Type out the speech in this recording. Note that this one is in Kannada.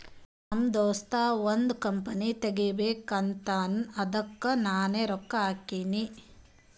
ನಮ್ ದೋಸ್ತ ಒಂದ್ ಕಂಪನಿ ತೆಗಿಬೇಕ್ ಅಂದಾನ್ ಅದ್ದುಕ್ ನಾನೇ ರೊಕ್ಕಾ ಹಾಕಿನಿ